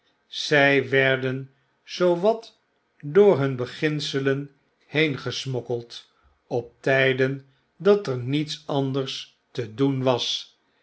zy werden zoo wat door hun beginselen heen gesmokkeld op tyden dat er niets anders te doen was